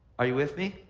are you with me?